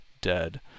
dead